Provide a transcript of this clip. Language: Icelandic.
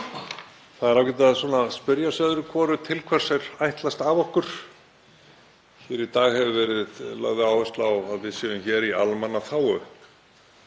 Það er ágætt að spyrja sig öðru hvoru til hvers er ætlast af okkur. Hér í dag hefur verið lögð áhersla á að við séum hér í almannaþágu